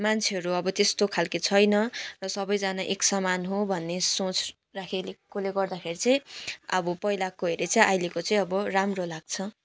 मान्छेहरू अब त्यस्तो खालको छैन सबैजना एक समान हो भन्ने सोच राखेकोले गर्दाखेरि चाहिँ अब पहिलाको हेरी चाहिँ अहिलेको चाहिँ अब राम्रो लाग्छ